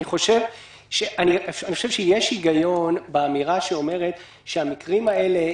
יש היגיון באמירה שהמקרים האלה,